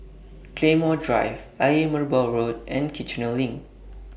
Claymore Drive Ayer Merbau Road and Kiichener LINK